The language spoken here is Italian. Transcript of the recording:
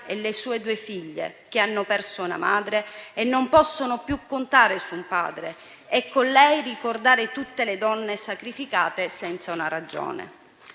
e le sue due figlie, che hanno perso una madre e non possono più contare su un padre e con lei ricordare tutte le donne sacrificate senza una ragione.